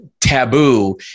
taboo